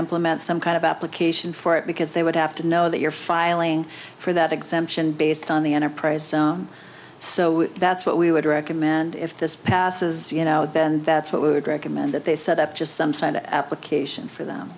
implement some kind of application for it because they would have to know that you're filing for that exemption based on the enterprise so that's what we would recommend if this passes you know and that's what we would recommend that they set up just some sound application for them